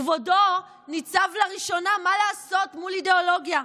כבודו ניצב לראשונה, מה לעשות, מול אידיאולוגיה,